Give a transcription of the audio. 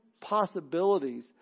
possibilities